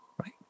right